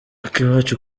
akiwacu